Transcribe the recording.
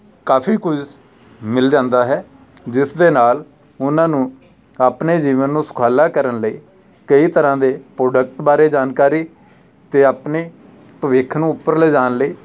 ਕਾਫੀ ਕੁਝ ਮਿਲ ਜਾਂਦਾ ਹੈ ਜਿਸ ਦੇ ਨਾਲ ਉਹਨਾਂ ਨੂੰ ਆਪਣੇ ਜੀਵਨ ਨੂੰ ਸੁਖਾਲਾ ਕਰਨ ਲਈ ਕਈ ਤਰ੍ਹਾਂ ਦੇ ਪ੍ਰੋਡਕਟ ਬਾਰੇ ਜਾਣਕਾਰੀ ਅਤੇ ਆਪਣੇ ਭਵਿੱਖ ਨੂੰ ਉੱਪਰ ਲਿਜਾਣ ਲਈ